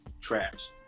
trash